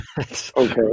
okay